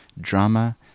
drama